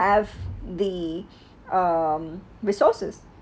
have the um resources